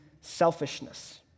selfishness